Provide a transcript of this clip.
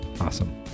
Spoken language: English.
Awesome